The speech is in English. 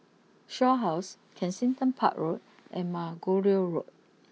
Shaw house Kensington Park Road and Margoliouth Road